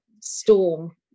storm